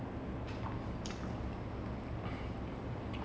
they are like one or two other have other